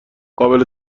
قابل